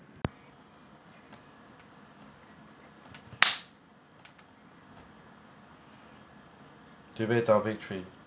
debate topic three